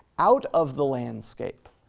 out of the landscape.